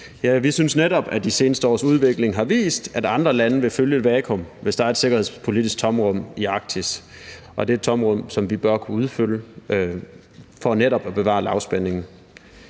Vi synes netop, at de seneste års udvikling har vist, at andre lande vil fylde et vakuum, hvis der er et sikkerhedspolitisk tomrum i Arktis, og det er et tomrum, som vi bør kunne udfylde for netop at bevare lavspænding.